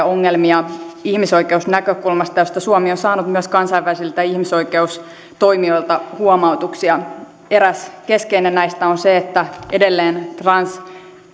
ongelmia ihmisoikeusnäkökulmasta mistä suomi on saanut myös kansainvälisiltä ihmisoikeustoimijoilta huomautuksia eräs keskeinen näistä on se että edelleen